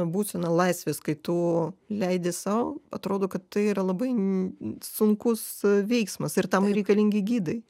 būseną laisvės kai tu leidi sau atrodo kad tai yra labai sunkus veiksmas ir tam nereikalingi gidai